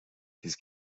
his